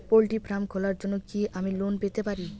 Poultry farm খোলার জন্য কি আমি লোন পেতে পারি?